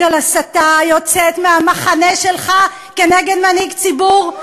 על הסתה היוצאת מהמחנה שלך נגד מנהיג ציבור?